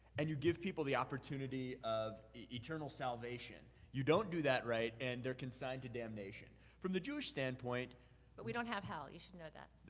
and you give people the opportunity of eternal salvation, you don't do that rite, and they're consigned to damnation. from the jewish standpoint but we don't have hell, you should know that.